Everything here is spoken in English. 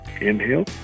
inhale